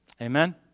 Amen